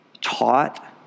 taught